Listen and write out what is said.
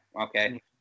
Okay